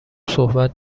صحبت